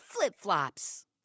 flip-flops